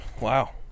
wow